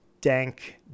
dank